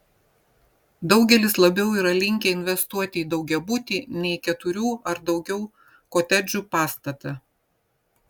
daugelis labiau yra linkę investuoti į daugiabutį nei keturių ar daugiau kotedžų pastatą